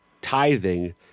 tithing